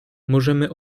możemy